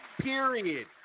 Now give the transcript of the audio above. period